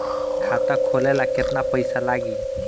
खाता खोले ला केतना पइसा लागी?